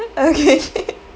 okay